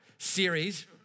series